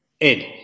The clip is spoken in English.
Ed